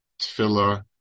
Tefillah